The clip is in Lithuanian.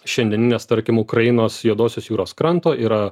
šiandieninės tarkim ukrainos juodosios jūros kranto yra